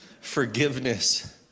Forgiveness